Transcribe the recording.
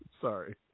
Sorry